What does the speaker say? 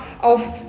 auf